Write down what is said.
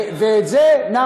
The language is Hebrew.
לכולם,